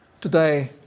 Today